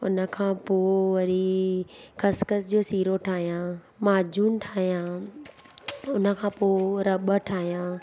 उन खां पोइ वरी खसिखसि जो सीरो ठाहियां माजून ठाहियां उन खां पोइ रॿ ठाहियां